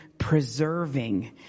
preserving